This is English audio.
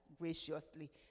graciously